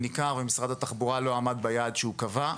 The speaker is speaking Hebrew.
ניכר ומשרד התחבורה לא עמד ביעד שהוא קבע.